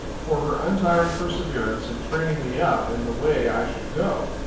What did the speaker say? for her untiring perseverance in training me up in the way i should go.